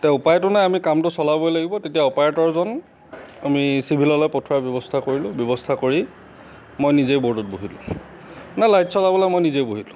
এতিয়া উপায়তো নাই আমি কামতো চলাবই লাগিব তেতিয়া অপাৰেটৰজন আমি চিভিললৈ পঠিওৱাৰ ব্যৱস্থা কৰিলোঁ ব্যৱস্থা কৰি মই নিজে বৰ্ডত বহি দিলোঁ মানে লাইট চলাবলৈ মই নিজে বহি দিলোঁ